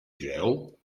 jail